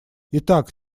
итак